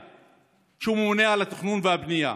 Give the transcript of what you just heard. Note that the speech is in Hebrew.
שהוא הממונה על התכנון והבנייה,